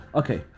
okay